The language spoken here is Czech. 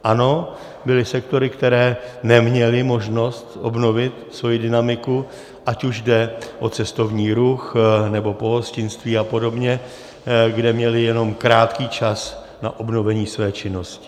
Ano, byly sektory, které neměly možnost obnovit svoji dynamiku, ať už jde o cestovní ruch, nebo pohostinství a podobně, kde měli jenom krátký čas na obnovení své činnosti.